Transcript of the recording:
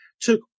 took